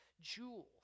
jewels